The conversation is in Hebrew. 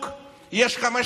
מפלגתי.